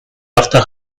after